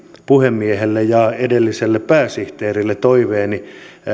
puhemiehelle ja edelliselle pääsihteerille toiveeni